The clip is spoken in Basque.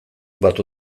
batu